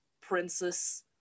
princess